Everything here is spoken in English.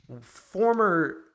Former